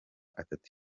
atatu